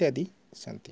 इत्यादि सन्ति